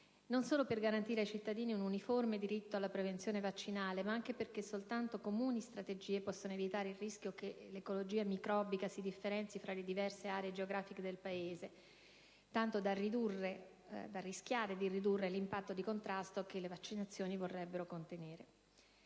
non solo per garantire ai cittadini un uniforme diritto alla prevenzione vaccinale, ma anche perché soltanto comuni strategie possono evitare il rischio che l'ecologia microbica si differenzi tra le diverse aree geografiche del Paese, tanto da rischiare di ridurre l'impatto di contrasto che le vaccinazioni vorrebbero contenere.